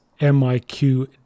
MIQ